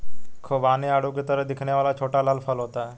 खुबानी आड़ू की तरह दिखने वाला छोटा लाल फल होता है